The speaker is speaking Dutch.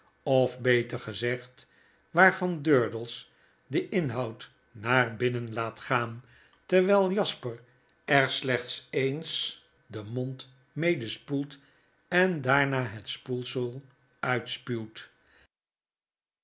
of beter gezegd waarvan durdels den inhoud naar binnen laat gaan terwyl jasper er slechts eens den mond mede spoelt en daarna het spoelsel uitspuwt